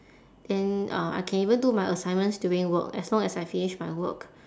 then uh I can even do my assignments during work as long as I finish my work